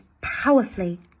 powerfully